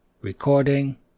recording